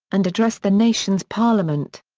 and addressed the nation's parliament.